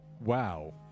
wow